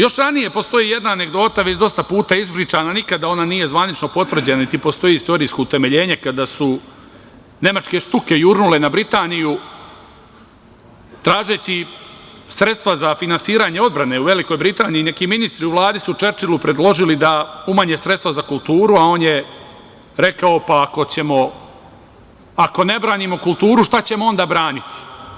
Još ranije postoji jedna anegdota, već dosta puta ispričana, nikada ona nije zvanično potvrđena, niti postoji istorijsko utemeljenje, kada su nemačke „štuke“ jurnule na Britaniju, tražeći sredstva za finansiranje odbrane u Velikoj Britaniji, neki ministri u Vladi su Čerčilu predložili da umanje sredstva za kulturu, a on je rekao - pa ako ne branimo kulturu, šta ćemo onda braniti?